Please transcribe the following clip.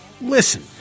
listen